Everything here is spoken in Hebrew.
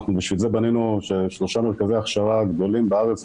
אנחנו בנינו בשביל זה שלושה מרכזי הכשרה גדולים בארץ,